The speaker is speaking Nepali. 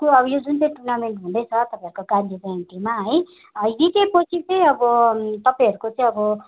यो जुन चाहिँ टुर्नामेन्ट हुँदैछ तपाईँहरूको गान्धी जयन्तीमा है जितेपछि चाहिँ अब तपाईँहरूको चाहिँ अब